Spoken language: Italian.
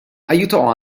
aiutò